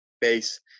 base